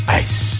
ice